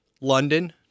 London